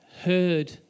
heard